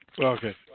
Okay